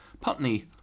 Putney